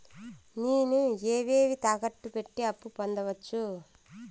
నేను ఏవేవి తాకట్టు పెట్టి అప్పు పొందవచ్చు?